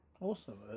Awesome